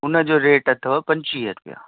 उनजो रेट अथव पंजवीह रुपया